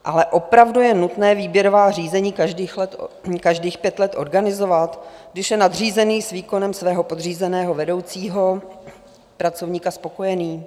Ale opravdu je nutné výběrová řízení každých pět let organizovat, když je nadřízený s výkonem svého podřízeného vedoucího pracovníka spokojený?